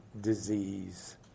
disease